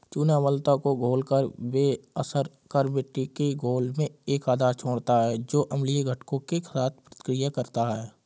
चूना अम्लता को घोलकर बेअसर कर मिट्टी के घोल में एक आधार छोड़ता है जो अम्लीय घटकों के साथ प्रतिक्रिया करता है